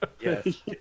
Yes